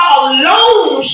alone